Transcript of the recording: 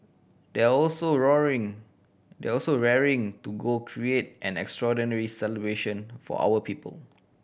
they are also they are also raring to go create an extraordinary celebration for our people